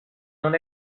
non